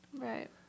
Right